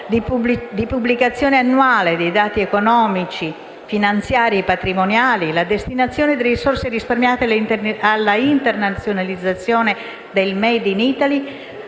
di pubblicazione annuale dei dati economici, finanziari e patrimoniali, nonché la destinazione delle risorse risparmiate all'internazionalizzazione del *made in Italy*: